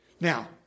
Now